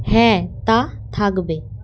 হ্যাঁ তা থাকবে